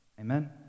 Amen